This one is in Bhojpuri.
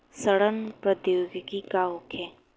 सड़न प्रधौगिकी का होखे?